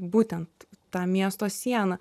būtent ta miesto siena